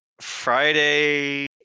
Friday